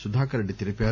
సుధాకర్ రెడ్డి తెలిపారు